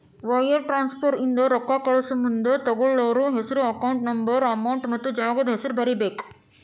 wire transfer ಇಂದ ರೊಕ್ಕಾ ಕಳಸಮುಂದ ತೊಗೋಳ್ಳೋರ್ ಹೆಸ್ರು ಅಕೌಂಟ್ ನಂಬರ್ ಅಮೌಂಟ್ ಮತ್ತ ಜಾಗದ್ ಹೆಸರ ಬರೇಬೇಕ್